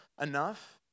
enough